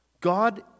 God